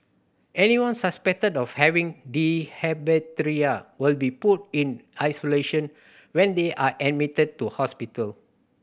anyone suspected of having diphtheria will be put in isolation when they are admitted to hospital